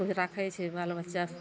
किछु राखय छै बाल बच्चा